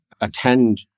attend